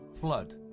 Flood